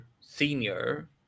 senior